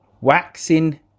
Waxing